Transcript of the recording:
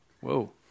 Whoa